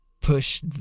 push